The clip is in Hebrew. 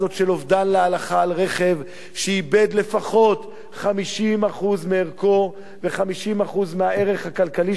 אובדן להלכה על רכב שאיבד לפחות 50% מערכו ו-50% מהערך הכלכלי שלו,